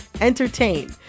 entertain